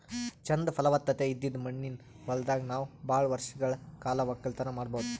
ಚಂದ್ ಫಲವತ್ತತೆ ಇದ್ದಿದ್ ಮಣ್ಣಿನ ಹೊಲದಾಗ್ ನಾವ್ ಭಾಳ್ ವರ್ಷಗಳ್ ಕಾಲ ವಕ್ಕಲತನ್ ಮಾಡಬಹುದ್